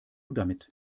damit